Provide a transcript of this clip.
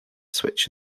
switch